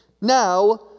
now